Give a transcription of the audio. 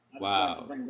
Wow